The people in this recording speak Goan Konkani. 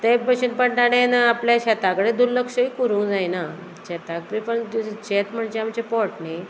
तें भशेन पण ताणेन आपल्या शेतांकडेन दुर्लक्षूय करूंक जायना शेतां कडेन शेत म्हणजे आमचे पोट न्ही